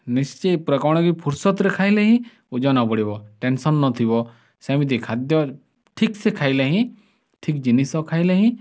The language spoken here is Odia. ନିଶ୍ଚେ କ'ଣ କି ଫୁରସତରେ ଖାଇଲେ ହିଁ ଓଜନ ବଢ଼ିବ ଟେନସନ୍ ନଥିବ ସେମିତି ଖାଦ୍ୟ ଠିକ ସେ ଖାଇଲେ ହିଁ ଠିକ ଜିନିଷ ଖାଇଲେ ହିଁ